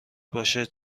باشد